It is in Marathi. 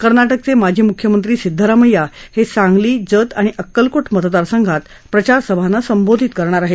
कर्नाटकचे माजी मुख्यमंत्री सिद्धरामय्या हे सांगली जत आणि अक्कलकोट मतदार संघात प्रचारसभांना संबोधित करणार आहेत